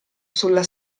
sulla